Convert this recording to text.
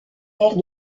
mère